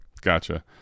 Gotcha